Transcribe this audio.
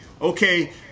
okay